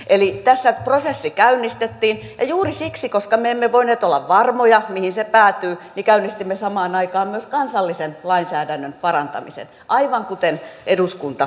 eli tässä prosessi käynnistettiin ja juuri siksi koska me emme voineet olla varmoja mihin se päätyy käynnistimme samaan aikaan myös kansallisen lainsäädännön parantamisen aivan kuten eduskunta edellytti